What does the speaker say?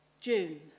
June